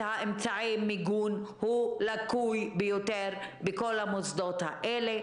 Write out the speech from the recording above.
אמצעי המיגון לקויה ביותר בכל המוסדות האלה,